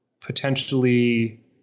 potentially